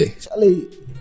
Charlie